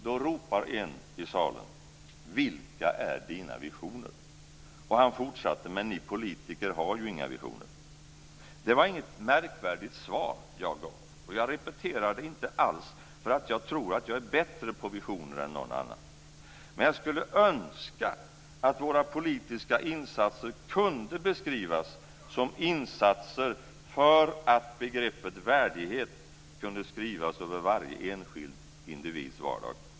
Då ropar en i salen: Vilka är dina visioner? Han fortsatte: Men ni politiker har ju inga visioner. Det var inget märkvärdigt svar jag gav, och jag repeterar det inte alls för att jag tror att jag är bättre på visioner än någon annan. Men jag skulle önska att våra politiska insatser kunde beskrivas som insatser för att begreppet värdighet kunde skrivas över varje enskild individs vardag.